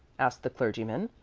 asked the clergyman.